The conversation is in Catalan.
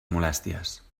molèsties